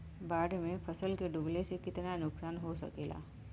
बाढ़ मे फसल के डुबले से कितना नुकसान हो सकेला?